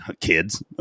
Kids